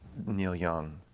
neil young.